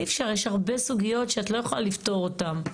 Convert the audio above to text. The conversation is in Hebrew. אי אפשר, יש הרבה סוגיות שאת לא יכולה לפתור אותן.